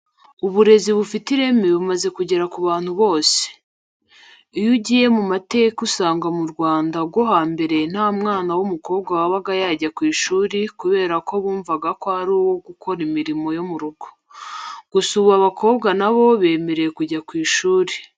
Uburezi bufite ireme bumaze kugera ku bantu bose. Iyo ugiye mu mateka usanga mu Rwanda rwo hambere nta mwana w'umukobwa wabaga yajya ku ishuri kubera ko bumvaga ko ari uwo gukora imirimo yo mu rugo. Gusa ubu abakobwa na bo bemerewe kujya ku ishuri.